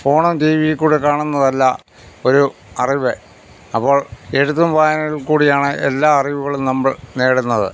ഫോണും റ്റീവിയില്ക്കൂടെ കാണുന്നതല്ല ഒരു അറിവ് അപ്പോൾ എഴുത്തും വായനയില്ക്കൂടിയാണ് എല്ലാ അറിവുകളും നമ്മൾ നേടുന്നത്